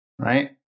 right